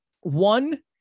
One